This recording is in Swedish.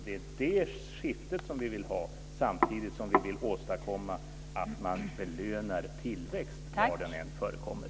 Det är det skiftet som vi vill ha samtidigt som vill åstadkomma att man belönar tillväxt var den än förekommer.